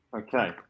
Okay